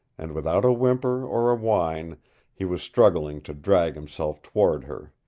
and without a whimper or a whine he was struggling to drag himself toward her.